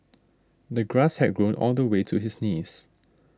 the grass had grown all the way to his knees